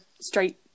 straight